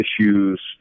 issues